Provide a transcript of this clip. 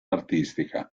artistica